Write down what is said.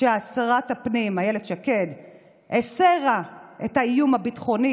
ששרת הפנים אילת שקד הסירה את האיום הביטחוני,